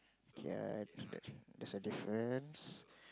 can that's a difference